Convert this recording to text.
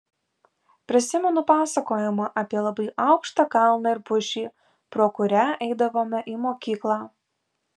prisimenu pasakojimą apie labai aukštą kalną ir pušį pro kurią eidavome į mokyklą